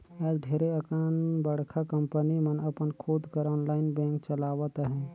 आएज ढेरे अकन बड़का कंपनी मन अपन खुद कर आनलाईन बेंक चलावत अहें